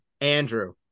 Andrew